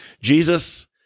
Jesus